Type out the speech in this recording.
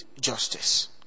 justice